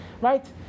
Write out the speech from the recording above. right